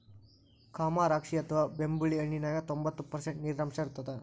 ಕಮರಾಕ್ಷಿ ಅಥವಾ ಬೆಂಬುಳಿ ಹಣ್ಣಿನ್ಯಾಗ ತೋಭಂತ್ತು ಪರ್ಷಂಟ್ ನೇರಿನಾಂಶ ಇರತ್ತದ